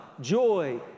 joy